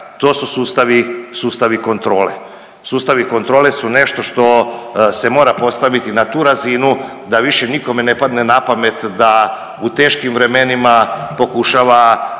to su sustavi kontrole. Sustavi kontrole su nešto što se mora postaviti na tu razinu da više nikome ne padne na pamet da u teškim vremenima pokušava